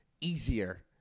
easier